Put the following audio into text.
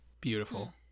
Beautiful